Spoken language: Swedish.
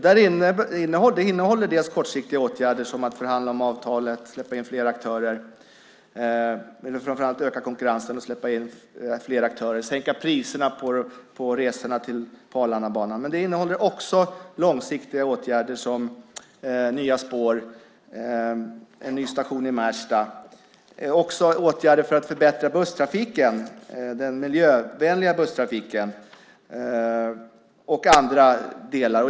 Det innehåller dels kortsiktiga åtgärder som att förhandla om avtalet och framför allt öka konkurrensen och släppa in fler aktörer samt sänka priserna på resorna på Arlandabanan, dels långsiktiga åtgärder som nya spår, en ny station i Märsta, åtgärder för att förbättra den miljövänliga busstrafiken och andra delar.